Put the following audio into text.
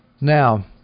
Now